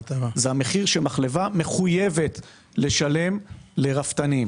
זה המחיר שמחלבה מחויבת לשלם לרפתנים.